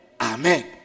amen